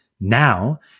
Now